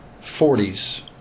forties